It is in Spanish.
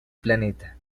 planeta